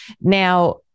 Now